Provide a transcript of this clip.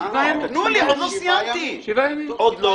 עוד לא